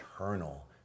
eternal